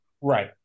Right